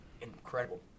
incredible